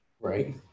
right